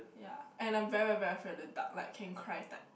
ya and I'm very very afraid of the dark like can cry type